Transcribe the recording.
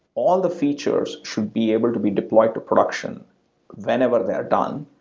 all the features should be able to be deployed to production whenever they're done.